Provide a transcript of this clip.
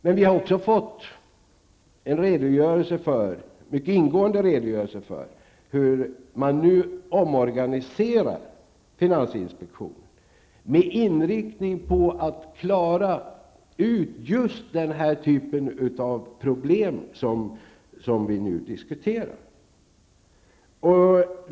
Men vi har också fått en mycket ingående redogörelse för hur man nu omorganiserar finansinspektionen med inriktning på att klara ut just den typ av problem som vi nu diskuterar.